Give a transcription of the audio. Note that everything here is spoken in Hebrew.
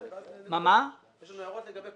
מכללה טכנולוגית מוכרת כהגדרתה בחוק